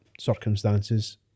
circumstances